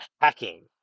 hacking